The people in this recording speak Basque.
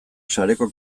sareko